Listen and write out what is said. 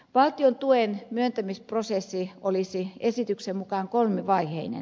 valtion tuen myöntämisprosessi olisi esityksen mukaan kolmivaiheinen